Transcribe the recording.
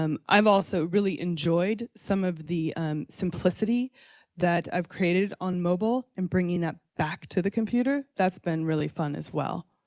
um i've also really enjoyed some of the simplicity that i've created on mobile and bringing that back to the computer, that's been really fun as well,